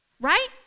right